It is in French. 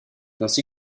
ainsi